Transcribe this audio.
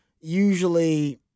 Usually